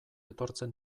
etortzen